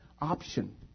option